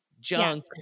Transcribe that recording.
junk